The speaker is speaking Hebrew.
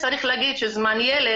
צריך להגיד שזמן ילד,